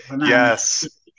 Yes